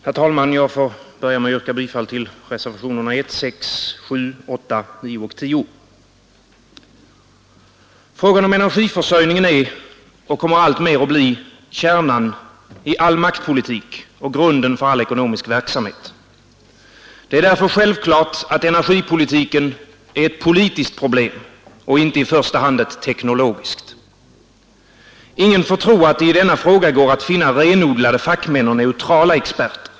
Herr talman! Jag vill börja med att yrka bifall till reservationerna 1, 6, 7, 8,9 och 10. Frågan om energiförsörjningen är, och kommer att alltmer bli, kärnan i all maktpolitik och grunden för all ekonomisk verksamhet. Det är därför självklart att energipolitiken är ett politiskt problem och inte i första hand ett teknologiskt. Ingen får tro att det i denna fråga går att finna renodlade fackmän och neutrala experter.